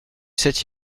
sept